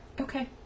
Okay